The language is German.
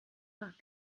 nach